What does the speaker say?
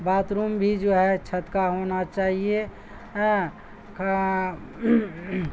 بات روم بھی جو ہے چھت کا ہونا چاہیے آں